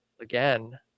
again